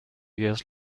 years